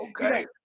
okay